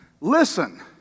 listen